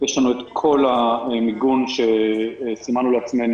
יש לנו את כל המיגון שסימנו לעצמנו.